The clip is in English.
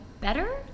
better